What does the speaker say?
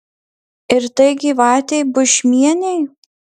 ir tai gyvatei bušmienei